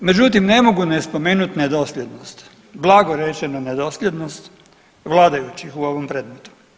Međutim, ne mogu ne spomenuti nedosljednost, blago rečeno nedosljednost vladajućih u ovom predmetu.